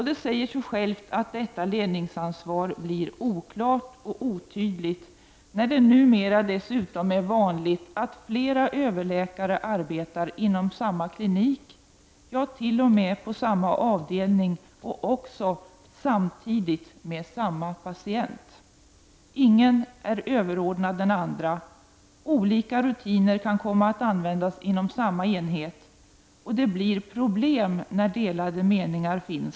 Det säger sig självt att detta ledningsansvar blir oklart och otydligt, när det numera dessutom är vanligt att flera överläkare arbetar inom samma klinik, ja t.o.m. på samma avdelning och också samtidigt med samma patient. Ingen är överordnad den andre, olika rutiner kan komma att användas inom samma enhet, och det blir problem när det finns delade meningar.